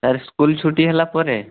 sir school ଛୁଟି ହେଲା ପରେ